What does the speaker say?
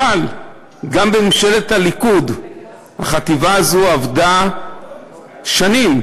וגם בממשלת הליכוד החטיבה הזאת עבדה שנים.